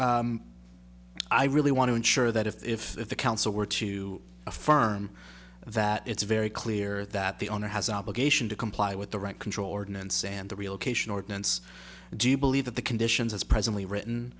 i really want to ensure that if the council were to affirm that it's very clear that the owner has an obligation to comply with the rent control ordinance and the relocation ordinance do you believe that the conditions as presently written